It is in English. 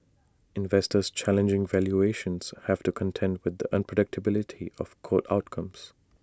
investors challenging valuations have to contend with the unpredictability of court outcomes